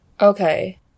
okay